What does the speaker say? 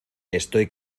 estoy